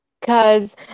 cause